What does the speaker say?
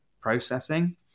processing